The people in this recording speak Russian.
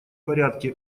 порядке